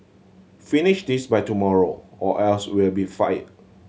finish this by tomorrow or else you'll be fired